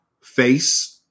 face